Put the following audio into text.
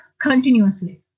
continuously